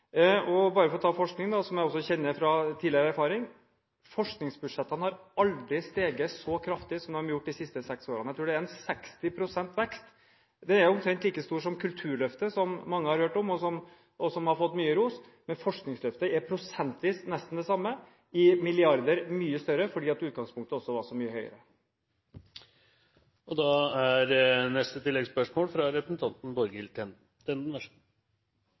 forskningspenger. Bare for å ta forskning, som jeg også kjenner fra tidligere erfaring: Forskningsbudsjettene har aldri steget så kraftig som de har gjort de siste seks årene. Jeg tror det er 60 pst. vekst. Det er omtrent like stort som Kulturløftet, som mange har hørt om, og som har fått mye ros, men forskningsløftet er prosentvis nesten det samme. I milliarder er det mye større, fordi utgangspunktet også var så mye høyere. Borghild Tenden